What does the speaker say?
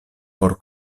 por